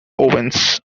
owens